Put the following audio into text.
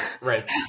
Right